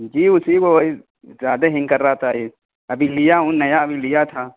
جی اسی کو زیادہ ہینگ کر رہا تھا یہ ابھی لیا ہوں نیا ابھی لیا تھا